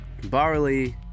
Barley